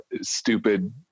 stupid